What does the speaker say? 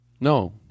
No